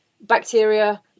bacteria